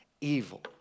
evil